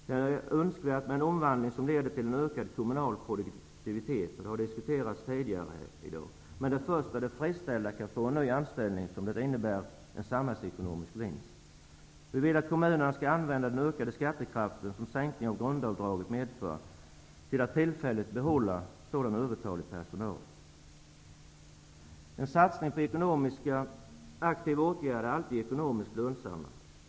Det är önskvärt med en omvandling som leder till en ökad kommunal produktivitet. Det har diskuterats tidigare i dag. Men det är först när friställda kan få en ny anställning som det uppstår en samhällsekonomisk vinst. Vi vill att kommunerna skall använda den ökade skattekraft som sänkningen av grundavdraget medför till att tillfälligt behålla sådan övertalig personal. En satsning på aktiva åtgärder är alltid ekonomiskt lönsam.